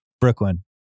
Brooklyn